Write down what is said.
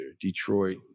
Detroit